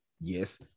Yes